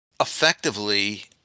effectively